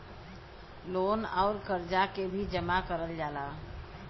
loan अउर करजा के भी जमा करल जाला